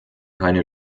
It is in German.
keine